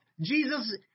Jesus